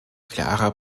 klarer